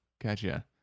Gotcha